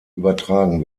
übertragen